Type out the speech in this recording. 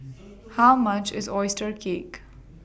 How much IS Oyster Cake